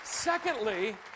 Secondly